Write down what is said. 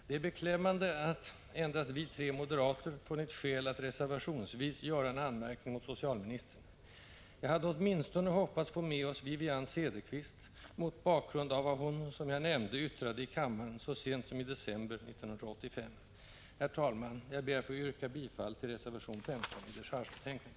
Det är beklämmande att endast vi tre moderater funnit skäl att, reservationsvis, göra en anmärkning mot socialministern. Jag hade hoppats få med åtminstone Wivi-Anne Cederqvist, mot bakgrund av vad hon, som jag nämnde, yttrade i kammaren så sent som i december 1985. Herr talman! Jag ber att få yrka bifall till reservation 15 i dechargebetänkandet.